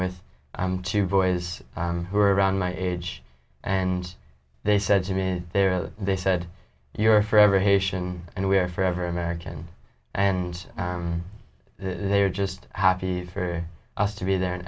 with two boys who were around my age and they said to me there they said you're forever haitian and we're forever american and they're just happy for us to be there